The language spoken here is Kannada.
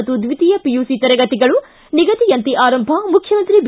ಮತ್ತು ದ್ವಿತೀಯ ಪಿಯುಸಿ ತರಗತಿಗಳು ನಿಗದಿಯಂತೆ ಆರಂಭ ಮುಖ್ಯಮಂತ್ರಿ ಬಿ